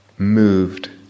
moved